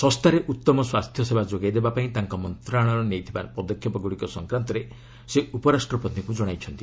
ଶସ୍ତାରେ ଉତ୍ତମ ସ୍ୱାସ୍ଥ୍ୟ ସେବା ଯୋଗାଇ ଦେବା ପାଇଁ ତାଙ୍କ ମନ୍ତ୍ରଣାଳୟ ନେଇଥିବା ପଦକ୍ଷେପଗୁଡ଼ିକ ସଂକ୍ରାନ୍ତରେ ସେ ଉପରାଷ୍ଟ୍ରପତିଙ୍କୁ ଜଣାଇଛନ୍ତି